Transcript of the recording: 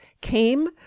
came